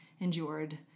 endured